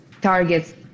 targets